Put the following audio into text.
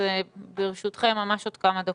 תודה.